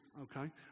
okay